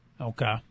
Okay